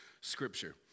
scripture